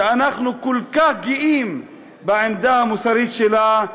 שאנחנו כל כך גאים בעמדה המוסרית שלה,